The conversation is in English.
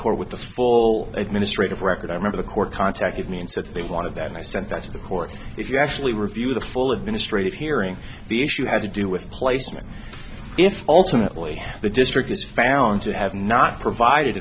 court with the full administrative record i remember the court contacted me and said they wanted that i sent that to the court if you actually review the full administrative hearing the issue had to do with placement if ultimately the district is found to have not provided